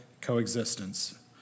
coexistence